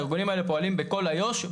הארגונים האלו פועלים בכל היו"ש.